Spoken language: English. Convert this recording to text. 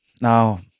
Now